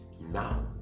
now